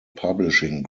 publishing